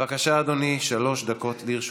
בבקשה, אדוני, שלוש דקות לרשותך.